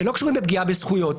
שלא קשורות בפגיעה בזכויות,